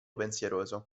pensieroso